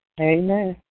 Amen